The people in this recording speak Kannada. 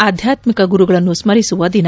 ಅಧ್ಯಾತ್ಮಿಕ ಗುರುಗಳನ್ನು ಸ್ಮರಿಸುವ ದಿನ